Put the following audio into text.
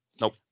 Nope